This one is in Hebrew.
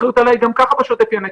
האחריות עלי גם כך בשוטף היא ענקית,